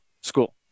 school